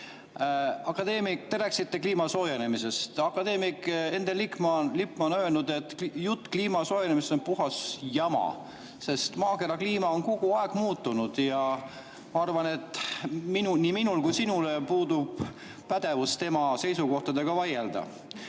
ettekandja! Te rääkisite kliima soojenemisest. Akadeemik Endel Lippmaa on öelnud, et jutt kliima soojenemist on puhas jama, sest maakera kliima on kogu aeg muutunud. Ma arvan, et nii minul kui ka sinul puudub pädevus tema seisukohtadega vaielda.